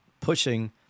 pushing